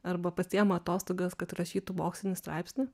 arba pasiima atostogas kad rašytų mokslinį straipsnį